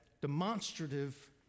demonstrative